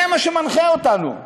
זה מה שמנחה אותנו,